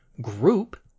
group